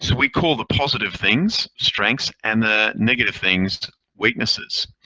so we call the positive things strengths and the negative things weaknesses.